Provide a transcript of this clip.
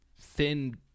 thin